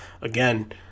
Again